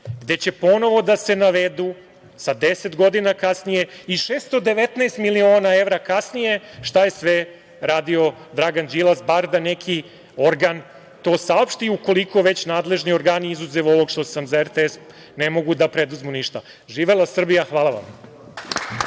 gde će ponovo navedu, sa 10 godina kasnije i 619 miliona evra, kasnije, šta je sve radio Dragan Đilas, bar da neki organ to saopšti, ukoliko već nadležni organi, izuzev ovog što sam za RTS rekao, ne mogu da preduzmu ništa. Živela Srbija. Hvala vam.